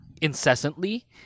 incessantly